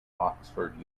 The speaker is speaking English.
oxford